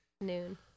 noon